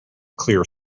clear